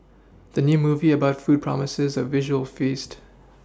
the new movie about food promises a visual feast